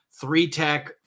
three-tech